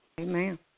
Amen